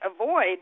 avoid